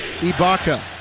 Ibaka